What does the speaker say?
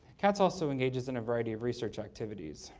cats also engages in a variety of research activities.